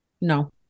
No